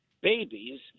babies